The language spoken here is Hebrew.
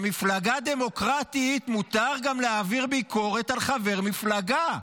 במפלגה דמוקרטית מותר גם להעביר ביקורת על חבר מפלגה.